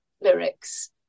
lyrics